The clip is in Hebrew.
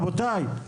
רבותיי,